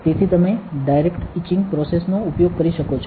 તેથી તમે direct etching process નો ઉપયોગ કરી શકો છો